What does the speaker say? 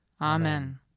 Amen